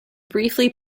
briefly